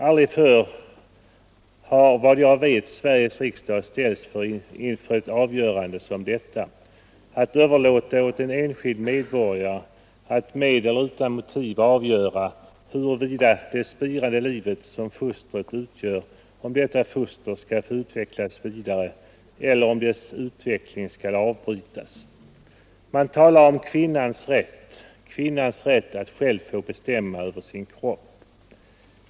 Aldrig förr har, vad jag vet, Sveriges riksdag ställts inför ett avgörande som detta: att överlåta åt en enskild medborgare att med eller utan motiv avgöra huruvida det spirande liv som fostret utgör skall få utvecklas vidare eller om dess utveckling skall avbrytas. Man talar om kvinnans rätt — kvinnans rätt att själv få bestämma över sin kropp.